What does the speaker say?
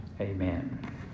Amen